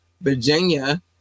Virginia